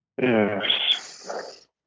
Yes